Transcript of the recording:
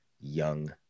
young